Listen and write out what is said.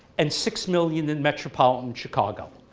and six million in metropolitan chicago,